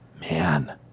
Man